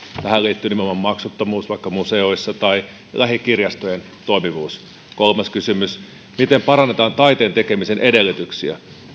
tähän liittyy nimenomaan maksuttomuus vaikka museoissa tai lähikirjastojen toimivuus kolmas kysymys miten parannetaan taiteen tekemisen edellytyksiä